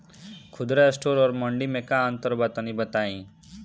खुदरा स्टोर और मंडी में का अंतर बा तनी बताई?